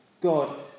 God